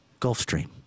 Gulfstream